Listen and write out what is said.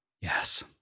Yes